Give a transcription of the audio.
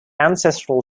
ancestral